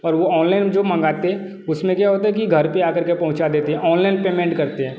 और वो ऑनलाइन जो मंगाते उसमें क्या होता है कि घर पर आ कर के पहुँचा देते हैं ऑनलाइन पेमेंट करते हैं